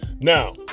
Now